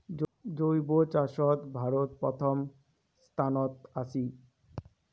জৈব চাষত ভারত প্রথম স্থানত আছি